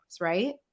Right